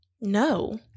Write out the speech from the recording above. No